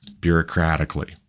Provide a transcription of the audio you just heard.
bureaucratically